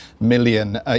million